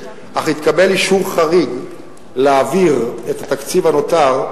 אך התקבל אישור חריג להעביר את התקציב הנותר,